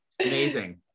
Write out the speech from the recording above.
Amazing